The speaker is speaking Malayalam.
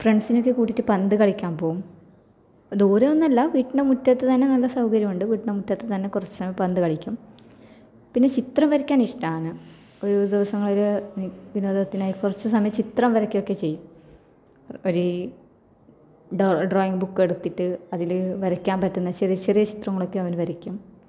ഫ്രണ്ട്സിനെയൊക്കെ കൂട്ടിയിട്ട് പന്ത് കളിക്കാന് പോകും ദൂരെയൊന്നുമല്ല വീട്ടിന്റെ മുറ്റത്ത് തന്നെ നല്ല സൗകര്യമുണ്ട് വീട്ടിന്റെ മുറ്റത്ത് തന്നെ കുറച്ച് സമയം പന്ത് കളിക്കും പിന്നെ ചിത്രം വരയ്ക്കാന് ഇഷ്ടാവന് ഒഴിവു ദിവസങ്ങളിൽ വി വിനോദത്തിനായി കുറച്ചു സമയം ചിത്രംവരക്കുകയൊക്കെ ചെയ്യും ഒരു ഡോ ഡ്രോയിങ്ങ് ബുക്കെടുത്തിട്ട് അതിൽ വരയ്ക്കാന് പറ്റുന്ന ചെറിയ ചെറിയ ചിത്രങ്ങളൊക്കെ അവന് വരയ്ക്കും